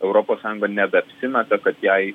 europos sąjunga nebeapsimeta kad jai